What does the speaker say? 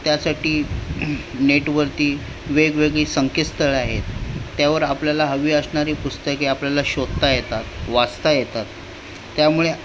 त्यासाठी नेटवरती वेगवेगळी संकेतस्थळं आहेत त्यावर आपल्याला हवी असणारी पुस्तके आपल्याला शोधता येतात वाचता येतात त्यामुळे